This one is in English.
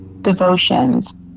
devotions